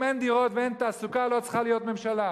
אם אין דירות ואין תעסוקה, לא צריכה להיות ממשלה.